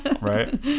right